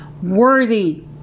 Worthy